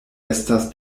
estas